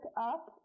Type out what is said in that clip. up